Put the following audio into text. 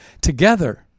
together